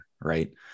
right